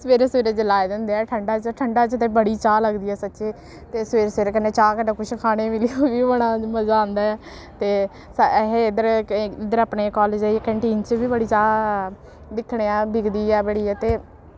सवेरे सवेरे जेल्लै आए दे होंदे ऐ ठंडा च ठंडा च ते बड़ी चाह् लगदी ऐ सच्चे ते सवेरे सवेरे कन्नै चाह् कन्नै कुछ खाने मिली जा ते ओह् बड़ा मजा औंदा ऐ ते अस इद्धर इक इद्धर अपने कालेज च कनटीन च बी बड़ी चाह् दिक्खने आं बिकदी ऐ बड़ी ते